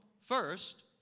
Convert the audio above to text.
first